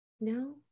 No